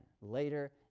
later